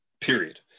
period